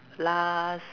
last